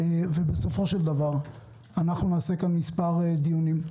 אנחנו נקיים כאן מספר דיונים.